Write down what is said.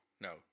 No